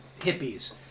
hippies